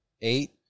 Eight